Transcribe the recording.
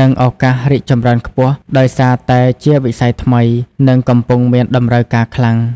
និង ឱកាសរីកចម្រើនខ្ពស់ ដោយសារតែជាវិស័យថ្មី និងកំពុងមានតម្រូវការខ្លាំង។